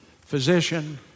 physician